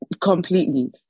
completely